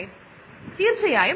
അത് തുടർച്ചയുള്ളത് ആയിരിക്കാം